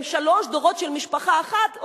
הם שלושה דורות של משפחה אחת,